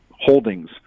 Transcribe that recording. holdings